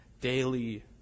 Daily